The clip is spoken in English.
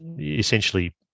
essentially